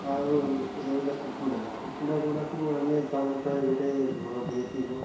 ଆଉ ରହିଲା କୁକୁଡ଼ା କୁକୁଡ଼ା ଗୁଡ଼ାକୁ ଆମେ ତାଙ୍କ ପାଇଁ ଗୋଟେ ଘରଟିିଏ ଥିବ